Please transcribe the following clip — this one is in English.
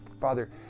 Father